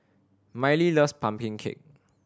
Miley loves pumpkin cake